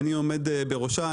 אני עומד בראשה,